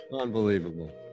Unbelievable